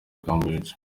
cambridge